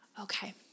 Okay